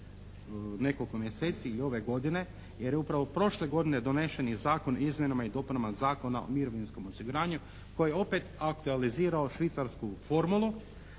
nekoliko mjeseci ili ove godine, jer upravo prošle godine donešen je Zakon o izmjenama i dopunama Zakona o mirovinskom osiguranju koji je opet aktualizirao švicarsku formulu